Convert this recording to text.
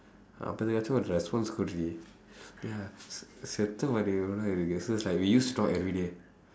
அப்பவாச்சோம் ஒரு:appavaachsoom response கொடுடீ:kodudii ya சத்த போனம் மாதிரி இருக்கு:saththa poonam maathiri so it's like we used to talk everyday